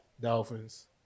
Dolphins